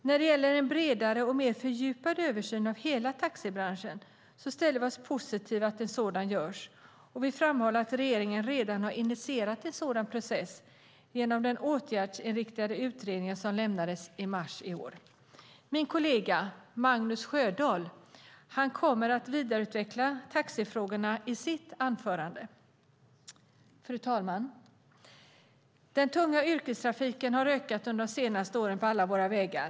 När det gäller en bredare och mer fördjupad översyn av hela taxibranschen ställer vi oss däremot positiva till att en sådan görs och vill framhålla att regeringen redan har initierat den processen genom den åtgärdsinriktade utredning som lämnades i mars i år. Min kollega Magnus Sjödahl kommer att vidareutveckla taxifrågorna i sitt anförande. Fru talman! Den tunga yrkestrafiken har ökat under de senaste åren på alla våra vägar.